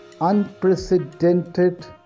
unprecedented